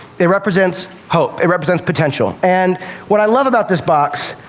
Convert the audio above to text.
it represents hope. it represents potential. and what i love about this box,